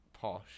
posh